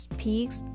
peaks